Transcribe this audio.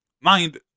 Mind